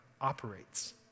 operates